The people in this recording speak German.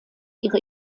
ihre